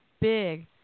big